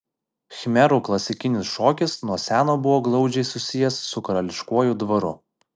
khmerų klasikinis šokis nuo seno buvo glaudžiai susijęs su karališkuoju dvaru